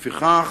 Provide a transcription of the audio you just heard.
לפיכך,